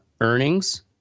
earnings